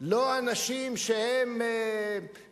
לא אנשים שתורמים